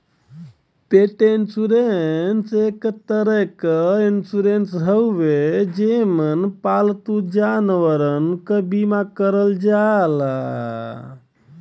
पेट इन्शुरन्स एक तरे क इन्शुरन्स हउवे जेमन पालतू जानवरन क बीमा करल जाला